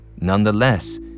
Nonetheless